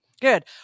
Good